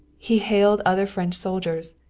he hailed other french soldiers.